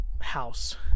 house